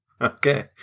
Okay